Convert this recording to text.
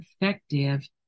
effective